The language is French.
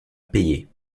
payer